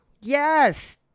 Yes